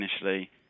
initially